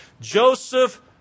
Joseph